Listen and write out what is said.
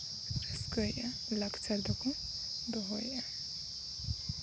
ᱨᱟᱹᱥᱠᱟᱹᱭᱮᱫᱼᱟ ᱞᱟᱠᱪᱟᱨ ᱫᱚᱠᱚ ᱫᱚᱦᱚᱭᱮᱫᱼᱟ